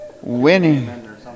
Winning